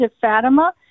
Fatima